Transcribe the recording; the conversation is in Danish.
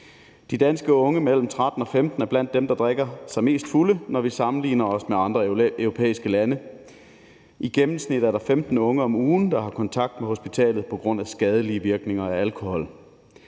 De danske unge mellem 13 og 15 år er blandt dem, der drikker sig mest fulde, når vi sammenligner os med andre europæiske lande. I gennemsnit er det 15 unge om ugen, der har kontakt med hospitalet på grund af skadelige virkninger af alkohol.